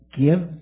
Give